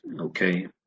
Okay